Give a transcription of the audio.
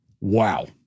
Wow